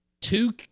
two